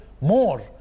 more